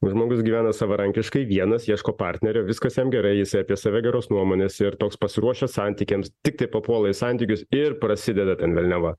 žmogus gyvena savarankiškai vienas ieško partnerio viskas jam gerai jisai apie save geros nuomonės ir toks pasiruošęs santykiams tiktai papuola į santykius ir prasideda velniava